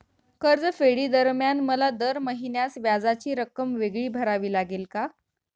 कर्जफेडीदरम्यान मला दर महिन्यास व्याजाची रक्कम वेगळी भरावी लागेल का?